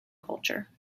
culture